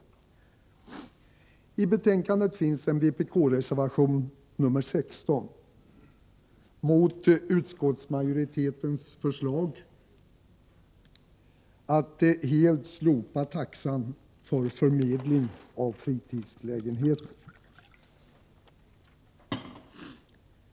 Till betänkandet finns fogad en vpk-reservation, nr 16, mot utskottsmajoritetens förslag att helt slopa taxan för förmedling av fritidslägenheter.